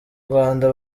rwanda